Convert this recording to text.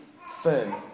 firm